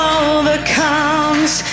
overcomes